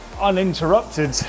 uninterrupted